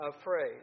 afraid